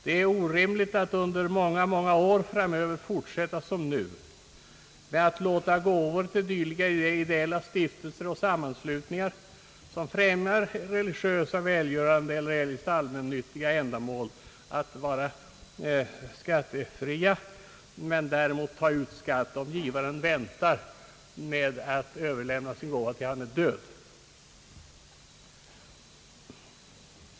Det är orimligt att under många år framöver fortsätta som nu med att låta gåvor till dylika ideella stiftelser och sammanslutningar, som främjar religiösa, välgörande eller eljest allmännyttiga ändamål, vara skattefria men däremot ta ut skatt då givaren väntar med att överlämna sin gåva tills han är död.